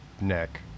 neck